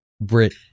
Brit